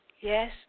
Yes